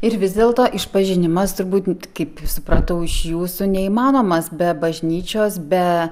ir vis dėlto išpažinimas turbūt nu t kaip supratau iš jūsų neįmanomas be bažnyčios be